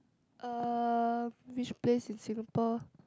uh which place in Singapore